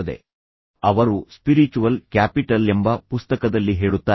ಇದು ಮತ್ತೆ ದಾನಾಹ್ ಜೋಹರ್ನಿಂದ ಬಂದಿದೆ ಎಂದು ಅವರು ಸ್ಪಿರಿಚುವಲ್ ಕ್ಯಾಪಿಟಲ್ ಎಂಬ ಪುಸ್ತಕದಲ್ಲಿ ಹೇಳುತ್ತಾರೆ